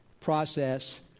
process